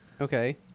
Okay